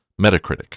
Metacritic